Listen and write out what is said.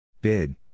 Bid